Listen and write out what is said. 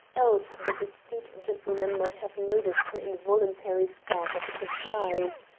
else that astute gentleman might have noticed her involuntary start of surprise.